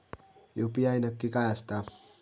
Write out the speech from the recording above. UPI नक्की काय आसता?